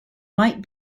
might